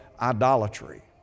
idolatry